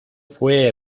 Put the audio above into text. fue